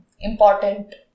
important